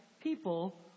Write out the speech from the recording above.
people